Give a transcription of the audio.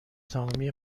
تمامی